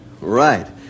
Right